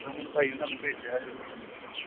ਰਮਨ ਭਾਅ ਜੀ ਨੇ ਸਾਨੂੰ ਭੇਜਿਆ ਹੈਗਾ ਕੋਈ ਦਿੱਕਤ ਨੀ